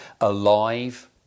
alive